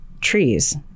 trees